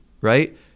right